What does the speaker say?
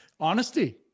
Honesty